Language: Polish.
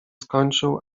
skończył